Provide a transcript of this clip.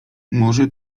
może